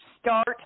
start